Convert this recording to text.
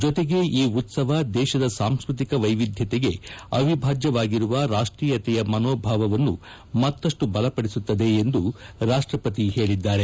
ಜತೆಗೆ ಈ ಉತ್ಸವ ದೇಶದ ಸಾಂಸ್ಟ್ರತಿಕ ವೈವಿಧ್ಯತೆಗೆ ಅವಿಭಾಜ್ಯವಾಗಿರುವ ರಾಷ್ವೀಯತೆಯ ಮನೋಭಾವನ್ನು ಮತ್ತಷ್ಟು ಬಲಪಡಿಸುತ್ತದೆ ಎಂದು ರಾಷ್ಟಪತಿ ಹೇಳಿದ್ದಾರೆ